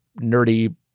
nerdy